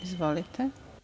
Izvolite.